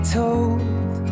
told